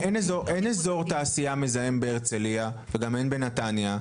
אין אזור תעשייה מזהם בהרצליה וגם אין בנתניה,